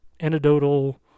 anecdotal